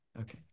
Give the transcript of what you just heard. Okay